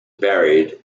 buried